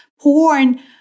Porn